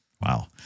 Wow